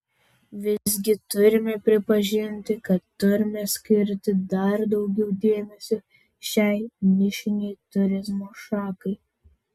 visgi turime pripažinti kad turime skirti dar daugiau dėmesio šiai nišinei turizmo šakai